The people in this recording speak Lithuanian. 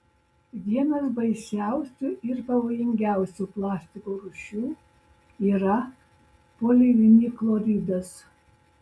vienas baisiausių ir pavojingiausių plastiko rūšių yra polivinilchloridas